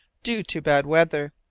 due to bad weather,